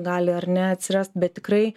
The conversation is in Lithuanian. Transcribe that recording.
gali ar ne atsirast bet tikrai